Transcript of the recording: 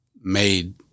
made